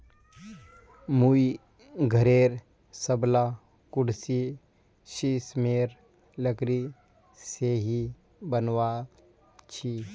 मुई घरेर सबला कुर्सी सिशमेर लकड़ी से ही बनवाल छि